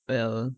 well